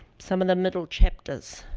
some of the middle chapters.